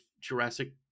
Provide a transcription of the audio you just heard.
Jurassic